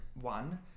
one